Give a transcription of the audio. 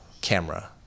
camera